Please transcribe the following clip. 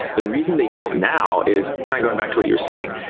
the reason they don't now is kind of going back to what you're saying,